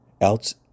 else